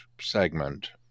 segment